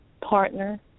partner